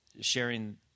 sharing